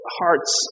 hearts